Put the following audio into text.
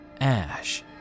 Ash